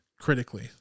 critically